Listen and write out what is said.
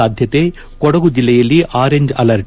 ಸಾಧ್ಯತೆ ಕೊಡಗು ಜಿಲ್ಲೆಯಲ್ಲಿ orange alert